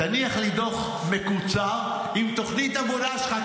תניח לי דוח מקוצר עם תוכנית עבודה שלך,